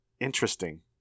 interesting